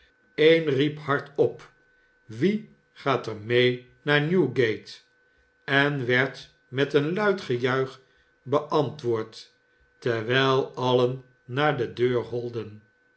een riep hardop wie gaat er mee naar newgate en werd met een luid gejuich beantwoord terwijl alien naar de deur holden